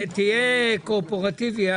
תהיה קואופרטיבי.